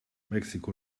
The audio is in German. mexiko